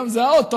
היום זה האוטו,